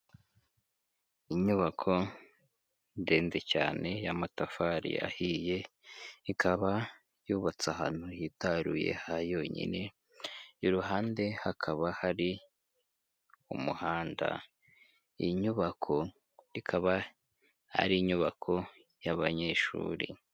Inyubako ndende cyane y'amatafari ahiye ikaba yubatse ahantu hitaruye ha yonyine, iruhande hakaba hari umuhanda, iyi nyubako ikaba ari inyubako y'abanyeshuri.